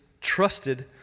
trusted